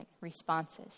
responses